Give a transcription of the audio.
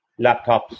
laptops